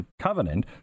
Covenant